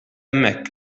hemmhekk